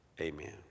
Amen